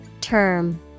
Term